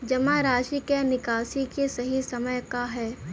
जमा राशि क निकासी के सही समय का ह?